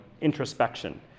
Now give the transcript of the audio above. introspection